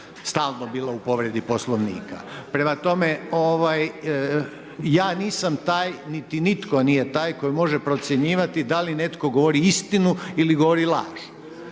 stalno bila u povredi poslovnika. Prema tome, ja nisam taj niti nitko nije taj, koji može procjenjivati da li netko govori istinu ili govori laž.